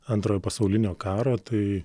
antrojo pasaulinio karo tai